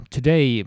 Today